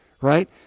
right